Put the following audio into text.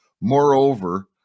Moreover